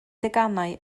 deganau